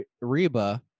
Reba